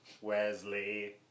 Wesley